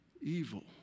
evil